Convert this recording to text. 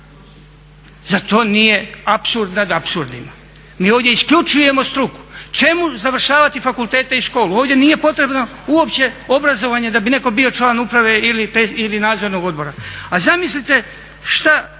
Zar to nije apsurd nad apsurdima? Mi ovdje isključujemo struku. Čemu završavati fakultete i školu? Ovdje nije potrebno uopće obrazovanje da bi neko bio član uprave ili nadzornog odbora. A zamislite šta